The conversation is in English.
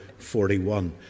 41